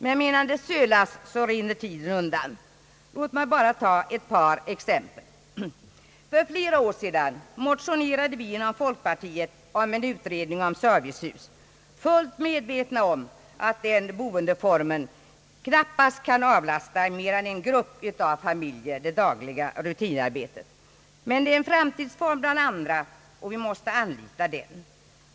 Men medan det sölas rinner tiden undan. Låt mig bara ta ett par exempel. För flera år sedan motionerade vi i folkpartiet om en utredning rörande servicehus, fullt medvetna om att den boende formen knappast kan avlasta mer än en grupp av familjer det dagliga rutinarbetet. Men det är en framtidsform bland andra, och vi måste anlita den.